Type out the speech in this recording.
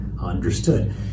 understood